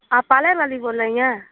आप पार्लर वाली बोल रही हैं